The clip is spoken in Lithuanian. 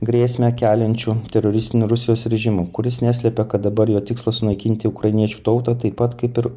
grėsmę keliančiu teroristiniu rusijos režimu kuris neslepia kad dabar jo tikslas sunaikinti ukrainiečių tautą taip pat kaip ir